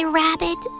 rabbit